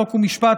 חוק ומשפט,